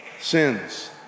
sins